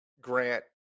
Grant